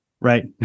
Right